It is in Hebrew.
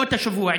לא את השבוע,